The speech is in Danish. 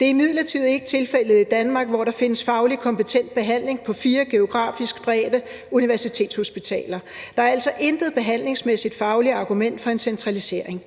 Det er imidlertid ikke tilfældet i Danmark, hvor der findes faglig kompetent behandling på fire geografisk spredte universitetshospitaler. Der er altså intet behandlingsmæssigt fagligt belæg for en centralisering.